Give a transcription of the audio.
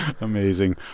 amazing